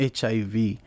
HIV